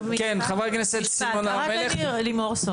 כן, חברת הכנסת לימור סון.